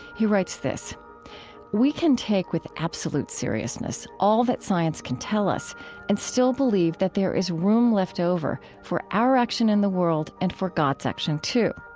he writes this we can take with absolute seriousness all that science can tell us and still believe that there is room left over for our action in the world and for god's action, too.